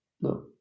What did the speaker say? No